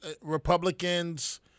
Republicans